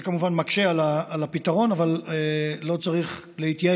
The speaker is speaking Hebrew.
זה, כמובן, מקשה על הפתרון, אבל לא צריך להתייאש.